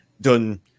done